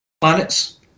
planets